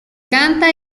canta